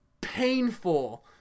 painful